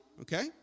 Okay